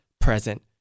present